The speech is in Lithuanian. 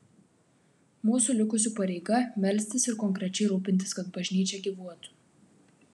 mūsų likusių pareiga melstis ir konkrečiai rūpintis kad bažnyčia gyvuotų